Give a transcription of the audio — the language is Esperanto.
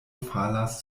falas